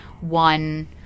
one